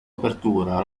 apertura